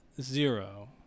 zero